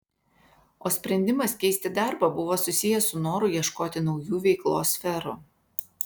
o sprendimas keisti darbą buvo susijęs su noru ieškoti naujų veiklos sferų